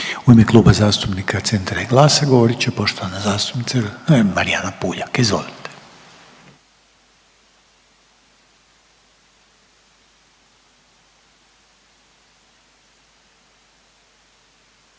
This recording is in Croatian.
U ime Kluba zastupnika Centra i GLAS-a govorit će poštovana zastupnica Anka Mrak-Taritaš. Izvolite.